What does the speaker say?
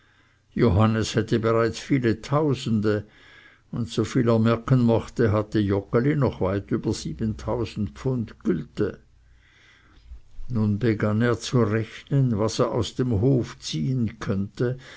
johannes hätte bereits viele tausende und so viel er merken mochte hatte joggeli noch weit über siebentausend pfund gülte nun begann er zu rechnen was er aus dem hof ziehen könnte